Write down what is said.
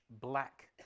black